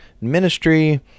ministry